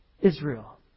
Israel